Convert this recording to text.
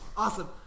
Awesome